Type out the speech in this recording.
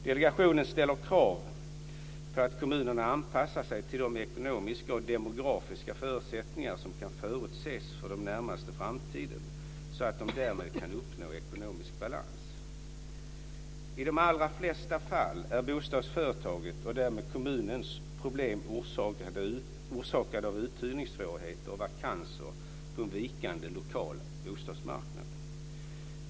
Delegationen ställer krav på att kommunerna anpassar sig till de ekonomiska och demografiska förutsättningar som kan förutses för den närmaste framtiden så att de därmed kan uppnå ekonomisk balans. I de allra flesta fall är bostadsföretagets, och därmed kommunens, problem orsakade av uthyrningssvårigheter och vakanser på en vikande lokal bostadsmarknad.